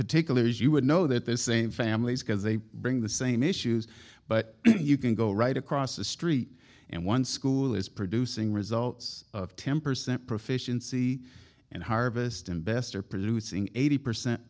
particulars you would know that this same families because they bring the same issues but you can go right across the street and one school is producing results of ten percent proficiency and harvest and best are producing eighty percent